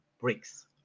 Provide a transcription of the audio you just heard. bricks